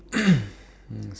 um